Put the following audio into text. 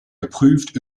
geprüft